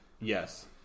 Yes